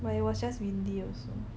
but it was just windy also